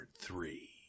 Three